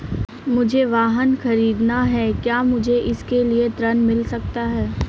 मुझे वाहन ख़रीदना है क्या मुझे इसके लिए ऋण मिल सकता है?